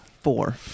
four